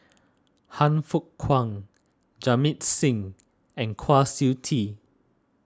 Han Fook Kwang Jamit Singh and Kwa Siew Tee